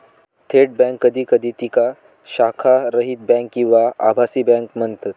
थेट बँक कधी कधी तिका शाखारहित बँक किंवा आभासी बँक म्हणतत